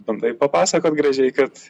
bandai papasakot gražiai kad